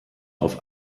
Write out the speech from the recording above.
auf